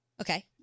Okay